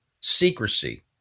secrecy